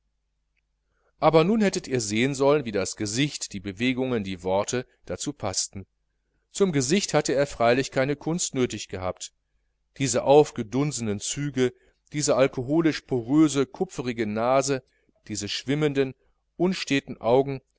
aber nun hättet ihr sehen sollen wie das gesicht die bewegungen die worte dazu paßten zum gesicht hatte er freilich keine kunst nötig gehabt diese aufgedunsenen züge diese alkoholisch poröse kupferige nase diese schwimmenden unstäten augen